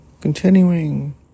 continuing